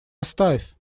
оставь